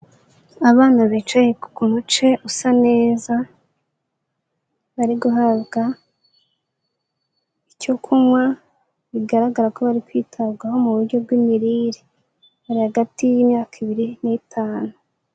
Abana bicaye ku muce usa neza bari guhabwa icyo kunywa, bigaragara ko bari kwitabwaho mu buryo bw'imirire; bari hagati y'imyaka ibiri n'itanu.